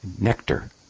Nectar